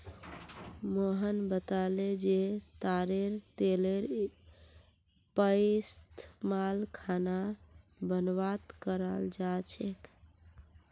मोहन बताले जे तारेर तेलेर पइस्तमाल खाना बनव्वात कराल जा छेक